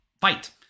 fight